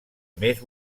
més